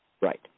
Right